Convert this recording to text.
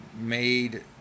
made